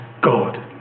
God